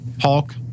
Hulk